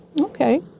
Okay